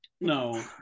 No